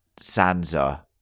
Sansa